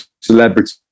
celebrity